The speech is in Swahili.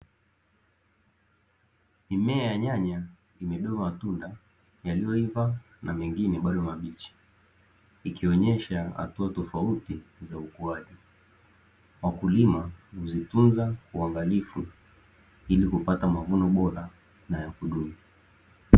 Mimea ya nyanya imebeba matunda yaliyoiva na mengine bado mabichi, ikionyesha hatua tofauti za ukuaji. Wakulima huzitunza kwa uangalifu ili kupata mavuno bora na ya kudumu.